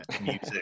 music